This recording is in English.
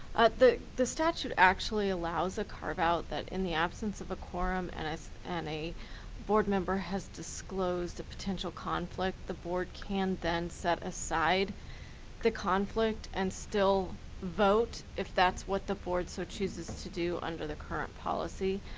the the statute actually allows a carveout that in the absence of a quorum, and and a board member has disclosed a potential conflict, the board can then set aside the conflict and still vote if that's what the board so chooses to do under the current policy.